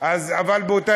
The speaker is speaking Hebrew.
היית על הסף.) אבל באותה